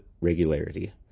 regularity